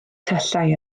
tyllau